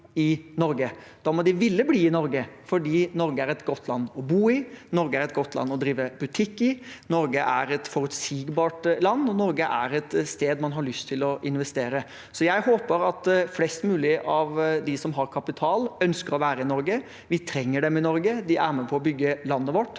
Da må de ville bli i Norge fordi Norge er et godt land å bo i, et godt land å drive butikk i, et forutsigbart land og et sted der man har lyst til å investere. Jeg håper at flest mulig av dem som har kapital, ønsker å være i Norge. Vi trenger dem i Norge, de er med på å bygge landet vårt.